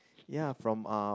ya from uh